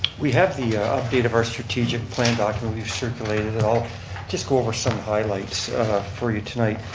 we have the update of our strategic plan document we've circulated and i'll just go over some highlights for you tonight.